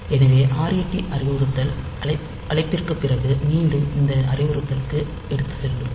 எனவே ret அறிவுறுத்தல் அழைப்பிற்குப் பிறகு மீண்டும் இந்த அறிவுறுத்தலுக்கு எடுத்துச் செல்லும்